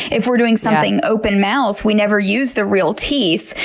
if we're doing something open mouth, we never use the real teeth.